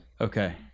Okay